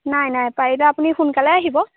নাই নাই পৰিলে আপুনি সোনকালে আহিব